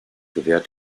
gewährt